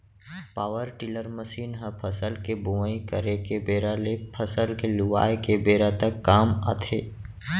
power tiller machine ह फसल के बोवई करे के बेरा ले फसल ल लुवाय के बेरा तक काम आथे